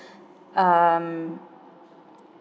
um